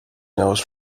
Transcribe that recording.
knows